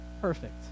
perfect